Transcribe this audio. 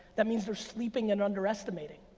that means they're sleeping and underestimating.